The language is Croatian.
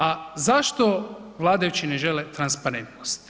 A zašto vladajući ne žele transparentnost?